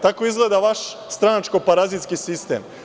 Tako izgleda vaš stranačko-parazitski sistem.